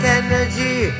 energy